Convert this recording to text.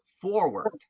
forward